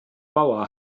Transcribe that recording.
bauer